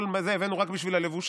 את כל זה הבאנו רק בשביל הלבושים.